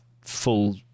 full